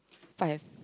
five